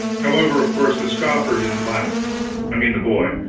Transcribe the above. however, of course the scoffer didn't laugh i mean the boy.